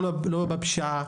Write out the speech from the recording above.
לא בפשיעה,